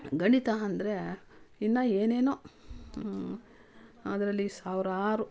ಗಣಿತ ಅಂದ್ರೆ ಇನ್ನೂ ಏನೇನೋ ಅದರಲ್ಲಿ ಸಾವಿರಾರು